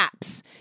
apps